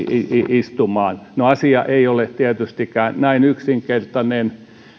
istumaan no asia ei ole tietystikään näin yksinkertainen